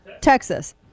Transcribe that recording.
Texas